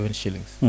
shillings